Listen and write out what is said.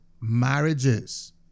marriages